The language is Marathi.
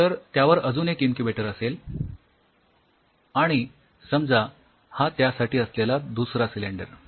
तर त्यावर अजून एक इन्क्युबेटर असेल आणि समजा हा त्यासाठी असलेला दुसरा सिलेंडर